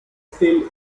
still